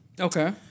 Okay